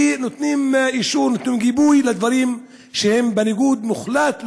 ונותנת אישור וגיבוי לדברים שהם בניגוד מוחלט לחוק.